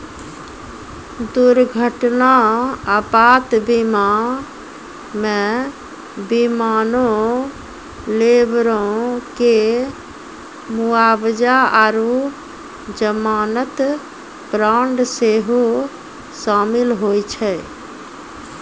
दुर्घटना आपात बीमा मे विमानो, लेबरो के मुआबजा आरु जमानत बांड सेहो शामिल होय छै